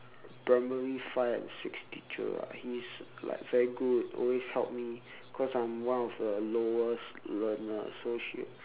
primary five and six teacher ah he's like very good always help me cause I'm one of the slowest learner so she